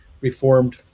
Reformed